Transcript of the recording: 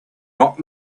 not